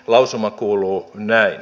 lausuma kuuluu näin